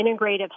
integrative